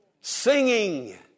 Singing